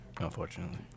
Unfortunately